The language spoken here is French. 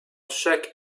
chaque